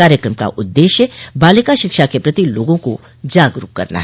कार्यक्रम का उद्देश्य बालिका शिक्षा के प्रति लोगों को जागरूक करना है